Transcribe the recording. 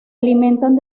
alimentan